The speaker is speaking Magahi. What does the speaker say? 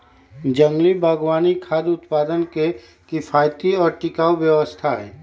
जंगल बागवानी खाद्य उत्पादन के किफायती और टिकाऊ व्यवस्था हई